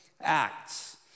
Acts